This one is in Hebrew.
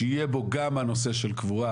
שיהיה בו גם הנושא של קבורה,